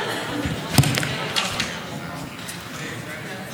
גברתי היושבת-ראש, חברי השר, חבריי חברי הכנסת,